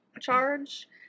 charge